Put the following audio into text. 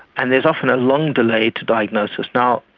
and there is often a long delay to diagnosis. now,